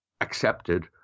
accepted